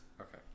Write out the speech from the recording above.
okay